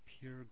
pure